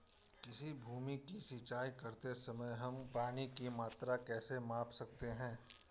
किसी भूमि की सिंचाई करते समय हम पानी की मात्रा कैसे माप सकते हैं?